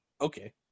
Okay